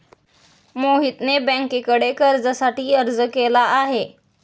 मोहितने बँकेकडे कर्जासाठी अर्ज केला आहे